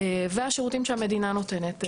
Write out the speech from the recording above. והשירותים שהמדינה נותנת,